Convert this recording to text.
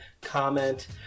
comment